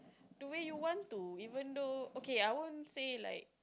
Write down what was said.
do we want to even though okay I won't say like